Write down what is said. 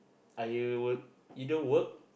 I would either work